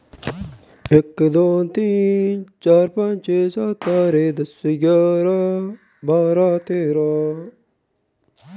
ನಮ್ಮ ಬ್ಯಾಂಕ್ ನಲ್ಲಿ ಉಳಿತಾಯದ ಹಣವನ್ನು ಚೆಕ್ ಹೇಗೆ ಮಾಡುವುದು?